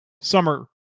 summer